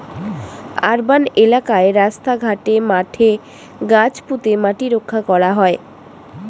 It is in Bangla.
আর্বান এলাকায় রাস্তা ঘাটে, মাঠে গাছ পুঁতে মাটি রক্ষা করা হয়